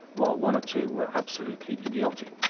while one or two were absolutely idiotic.